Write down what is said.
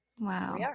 wow